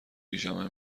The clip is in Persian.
پیژامه